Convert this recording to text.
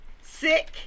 Sick